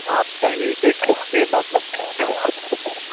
आप कहीं से दस बजे तक